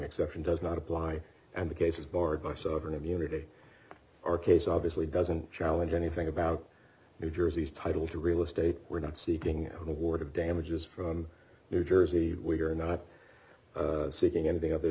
exception does not apply and the case is barred by sovereign immunity our case obviously doesn't challenge anything about new jersey's title to real estate we're not seeking an award of damages from new jersey we are not seeking anything other